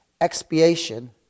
expiation